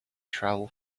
travel